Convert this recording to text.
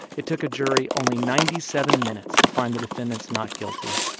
it took a jury only ninety seven minutes to find the defendants not guilty.